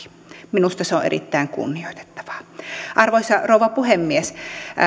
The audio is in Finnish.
minusta se on erittäin kunnioitettavaa arvoisa rouva puhemies